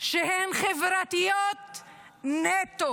שהן חברתיות נטו,